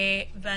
אני